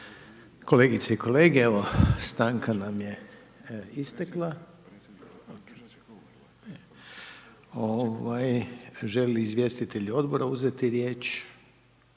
Kolegice i kolege, evo stanka nam je istekla. Žele li izvjestitelji odbora uzeti riječ?